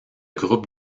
groupe